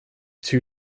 two